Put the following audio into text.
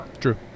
True